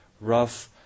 rough